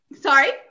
Sorry